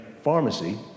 pharmacy